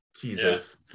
Jesus